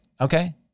Okay